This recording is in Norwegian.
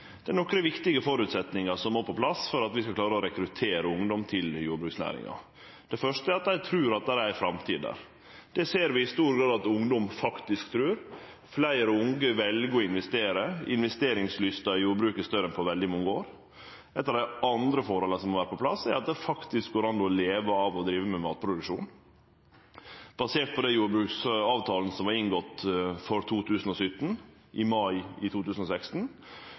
Det er nokre viktige føresetnader som må på plass for at vi skal klare å rekruttere ungdom til jordbruksnæringa. Den første er at dei trur at det er ei framtid der. Det ser vi i stor grad at ungdom faktisk trur. Fleire unge vel å investere – investeringslysta i jordbruket er større enn på veldig mange år. Eit av dei andre forholda som må vere på plass, er at det faktisk går an å leve av å drive med matproduksjon. Basert på den jordbruksavtalen som var inngått for 2017, i mai 2016, veit vi at den prognostiserte inntektsveksten i